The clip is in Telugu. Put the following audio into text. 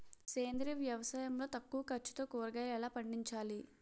సేంద్రీయ వ్యవసాయం లో తక్కువ ఖర్చుతో కూరగాయలు ఎలా పండించాలి?